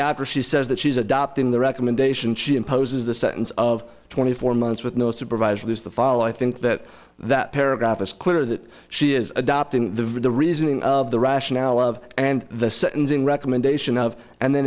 after she says that she's adopting the recommendation she imposes the sentence of twenty four months with no supervisor there's the fall i think that that paragraph is clear that she is adopting the reasoning of the rationale of and the sentencing recommendation of and then